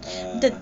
ah